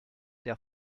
der